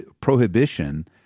prohibition